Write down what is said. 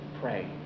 pray